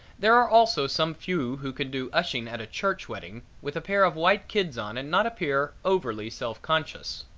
there are also some few who can do ushing at a church wedding with a pair of white kids on and not appear overly self-conscious.